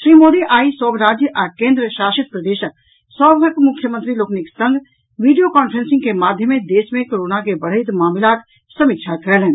श्री मोदी आई सभ राज्य आ केन्द्र शासित प्रदेश सभक मुख्यमंत्री लोकनिक संग वीडियो कांफ्रेंसिंग के माध्यमे देश मे कोरोना के बढ़ैत मामिलाक समीक्षा कयलनि